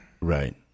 Right